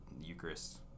Eucharist